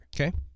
Okay